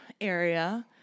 area